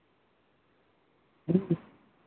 ᱦᱮᱸ